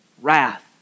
Wrath